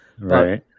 Right